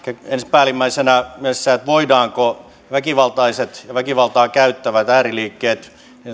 päällimmäisenä se että voidaanko väkivaltaisten ja väkivaltaa käyttävien ääriliikkeiden